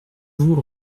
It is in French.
vous